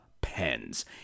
pens